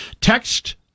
text